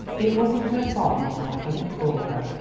it wasn't her fault, mother i didn't call her.